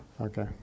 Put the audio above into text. Okay